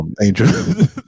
Angel